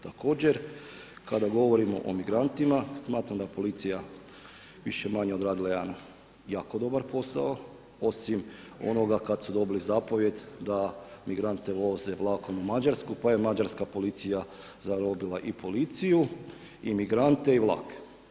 Također kada govorimo o migrantima, smatram da policija više-manje je odradila jedan jako dobar posao, osim onoga kada su dobili zapovijed da migrante voze vlakom u Mađarsku pa je mađarska policija zarobila i policiju i migrante i vlak.